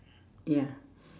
ya